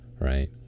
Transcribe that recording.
right